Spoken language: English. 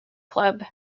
club